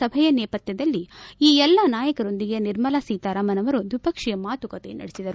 ಸಭೆಯ ನೇಪಥ್ಣದಲ್ಲಿ ಈ ಎಲ್ಲಾ ನಾಯಕರೊಂದಿಗೆ ನಿರ್ಮಲಾ ಸೀತಾರಾಮನ್ ಅವರು ದ್ವಿಪಕ್ಷೀಯ ಮಾತುಕತೆ ನಡೆಸಿದರು